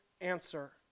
answer